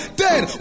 dead